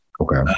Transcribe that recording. Okay